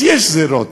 אז יש גזירות,